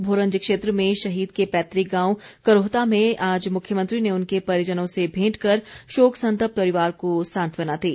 भोरंज क्षेत्र में शहीद के पैतुक गांव करोहता में आज मुख्यमंत्री ने उनके परिजनों से भेंट कर शोक संतप्त परिवार को सांत्वना दी